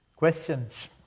Questions